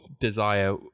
desire